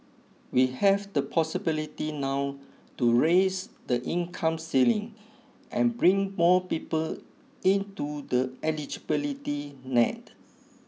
we have the possibility now to raise the income ceiling and bring more people into the eligibility net